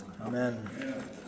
Amen